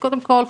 קודם כל,